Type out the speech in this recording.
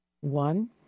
One